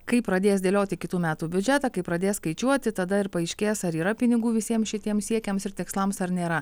kai pradės dėlioti kitų metų biudžetą kai pradės skaičiuoti tada ir paaiškės ar yra pinigų visiems šitiems siekiams ir tikslams ar nėra